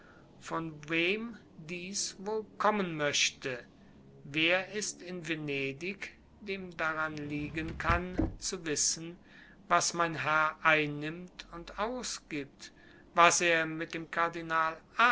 von wem dies wohl kommen möchte wer ist in venedig dem daran liegen kann zu wissen was mein herr einnimmt und ausgibt was er mit dem kardinal